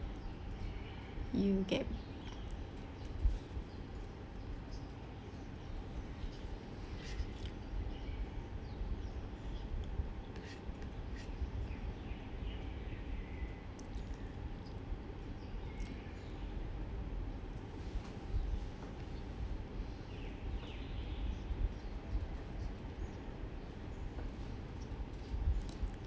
you get